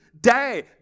day